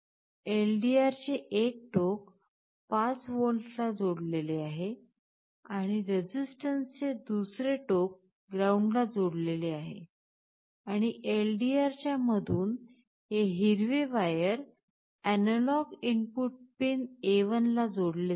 एलडीआरचे एक टोक 5 व्होल्टला जोडलेले आहे आणि रेझिस्टन्सचे दुसरे टोक ग्राऊंडला जोडलेले आहे आणि एलडीआरच्या मधून हे हिरवे wire analogue input pin A1 ला जोडले जात आहे